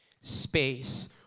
space